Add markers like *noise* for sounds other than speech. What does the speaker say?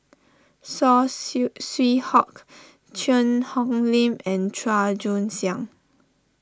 Saw *unintelligible* Swee Hock Cheang Hong Lim and Chua Joon Siang